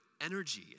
energy